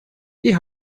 die